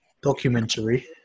Documentary